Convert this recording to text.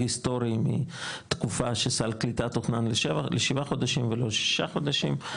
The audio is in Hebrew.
היסטורי מתקופה שסל תקופה תוכנן לשבעה חודשים ולא שישה חודשים,